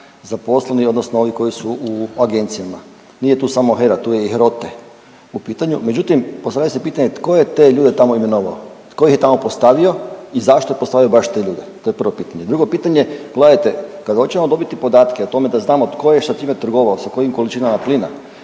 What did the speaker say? zaposleni odnosno ovi koji su u agencijama, nije tu samo HERA, tu je i HROTE u pitanju, međutim postavlja se pitanje tko je te ljude tamo imenovao, tko ih je tamo postavio i zašto je postavio baš te ljude, to je prvo pitanje. Drugo pitanje, gledajte kad hoćemo dobiti podatke o tome da znamo tko je sa čime trgovao, sa kojim količinama plina